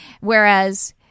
whereas